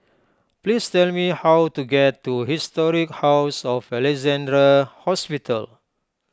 please tell me how to get to Historic House of Alexandra Hospital